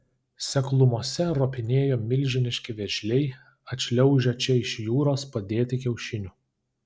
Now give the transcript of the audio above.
seklumose ropinėjo milžiniški vėžliai atšliaužę čia iš jūros padėti kiaušinių